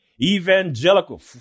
evangelical